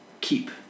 keep